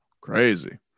Crazy